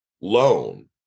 loan